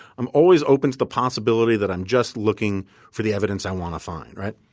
i'm always open to the possibility that i'm just looking for the evidence i want to find, right?